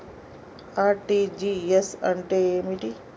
RTGS అంటే ఏమిటి?